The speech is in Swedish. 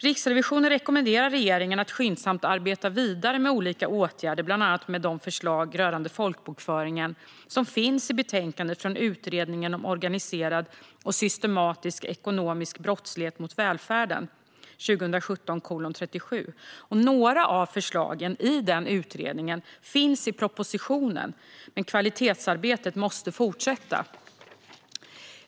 Riksrevisionen rekommenderar regeringen att skyndsamt arbeta vidare med olika åtgärder, bland annat med de förslag rörande folkbokföringen som finns i betänkandet från Utredningen om organiserad och systematisk ekonomisk brottslighet mot välfärden, SOU 2017:37. Några av förslagen i den utredningen finns i propositionen, men kvalitetsarbetet måste fortsätta.